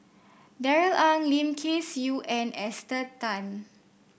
Darrell Ang Lim Kay Siu and Esther Tan